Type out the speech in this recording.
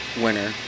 winner